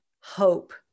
hope